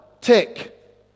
Tick